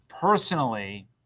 Personally